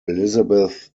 elizabeth